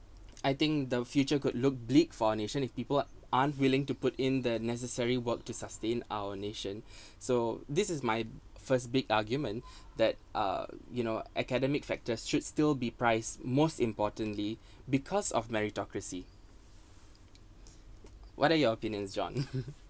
I think the future could look bleak for our nation if people aren't unwilling to put in the necessary work to sustain our nation so this is my first big argument that uh you know academic factors should still be priced most importantly because of meritocracy what are your opinions john